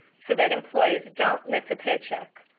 so that employees don't miss a paycheck.